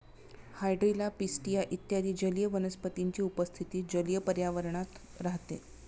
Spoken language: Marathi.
हायड्रिला, पिस्टिया इत्यादी जलीय वनस्पतींची उपस्थिती जलीय पर्यावरणात राहते